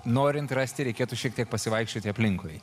norint rasti reikėtų šiek tiek pasivaikščioti aplinkui